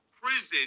prison